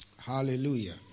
Hallelujah